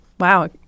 Wow